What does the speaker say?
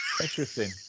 Interesting